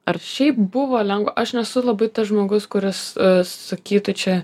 ar šiaip buvo lengva aš nesu labai tas žmogus kuris sakytų čia